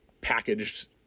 packaged